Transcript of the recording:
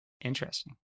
interesting